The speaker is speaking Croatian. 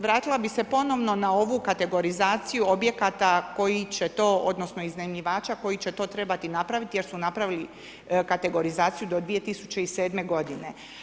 Vratila bih se ponovno na ovu kategorizaciju objekata koji će to, odnosno iznajmljivača koji će to trebat i napravit jer su napravili kategorizaciju do 2007. godine.